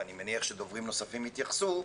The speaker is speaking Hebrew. ואני מניח שדוברים נוספים התייחסו.